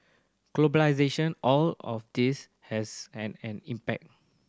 globalisation all of this has had an impact